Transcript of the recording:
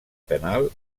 penal